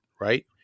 Right